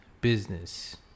business